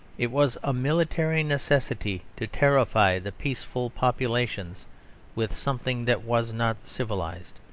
it was a military necessity to terrify the peaceful populations with something that was not civilised,